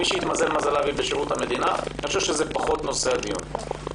מי שהתמזל מזלה והיא בשירות המדינה זה פחות נושא הדיון.